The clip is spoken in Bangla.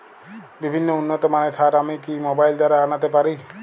বিভিন্ন উন্নতমানের সার আমি কি মোবাইল দ্বারা আনাতে পারি?